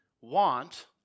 want